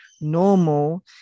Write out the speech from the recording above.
normal